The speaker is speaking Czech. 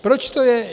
Proč to je?